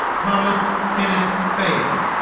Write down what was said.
thomas kenneth faile